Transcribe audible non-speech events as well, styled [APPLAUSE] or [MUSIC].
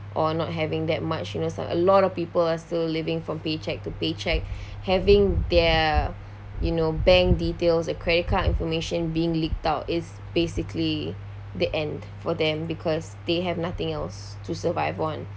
or not having that much you know sort like a lot of people are still living from pay cheque to pay cheque [BREATH] having their you know bank details and credit card information being leaked out is basically the end for them because they have nothing else to survive on